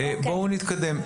בואו נתקדם.